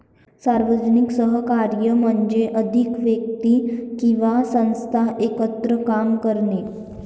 सार्वजनिक सहकार्य म्हणजे अधिक व्यक्ती किंवा संस्था एकत्र काम करणे